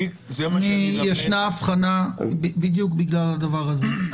יש אבחנה בדיוק בגלל הדבר הזה.